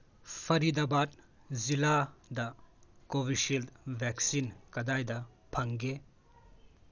ꯐꯔꯤꯗꯕꯥꯗ ꯖꯤꯂꯥꯗ Covishield vaccine ꯀꯗꯥꯏꯗ ꯐꯪꯒꯦ